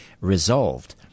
resolved